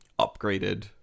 upgraded